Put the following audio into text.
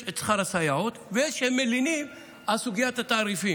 יש את שכר הסייעות ויש שמלינים על סוגיית התעריפים.